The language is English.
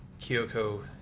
Kyoko